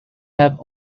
have